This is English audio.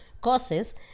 courses